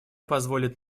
позволит